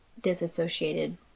disassociated